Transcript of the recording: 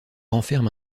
renferme